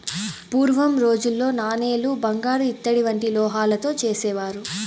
పూర్వం రోజుల్లో నాణేలు బంగారు ఇత్తడి వంటి లోహాలతో చేసేవారు